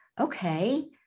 okay